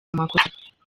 makosa